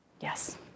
yes